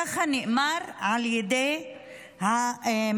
ככה נאמר על ידי המשטרה.